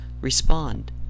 respond